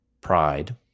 pride